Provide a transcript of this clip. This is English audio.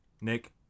Nick